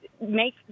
make